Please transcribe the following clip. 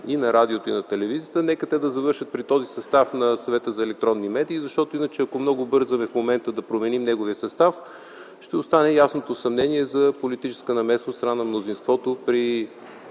и на радиото, и на телевизията. Нека те да завършат при този състав на Съвета за електронни медии, защото иначе, ако много бързаме в момента да променим неговия състав, ще остане ясното съмнение за политическа намеса от страна на мнозинството при